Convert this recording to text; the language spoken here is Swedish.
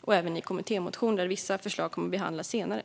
och även i kommittémotioner. Vissa förslag kommer att behandlas senare.